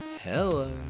Hello